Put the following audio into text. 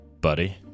Buddy